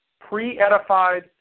pre-edified